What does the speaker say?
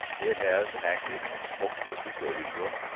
it has an active and smoke-misted billiard room,